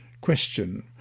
Question